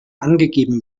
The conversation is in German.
angegeben